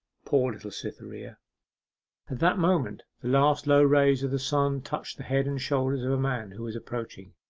poor little cytherea at that moment the last low rays of the sun touched the head and shoulders of a man who was approaching,